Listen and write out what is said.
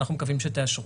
שאנחנו מקווים שתאשרו,